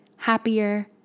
happier